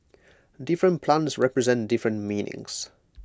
different plants represent different meanings